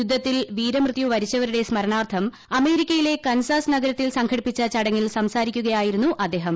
യുദ്ധത്തിൽ വീരമൃത്യു വരിച്ചവരുടെ സ്മരണാർത്ഥം അമേരിക്കയിലെ കൻസാസ് നഗരത്തിൽ സംഘടിപ്പിച്ച ചടങ്ങിൽ സംസാരിക്കുകയായിരുന്നു അദ്ദേഹം